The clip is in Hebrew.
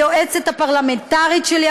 היועצת הפרלמנטרית שלי,